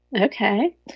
Okay